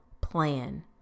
plan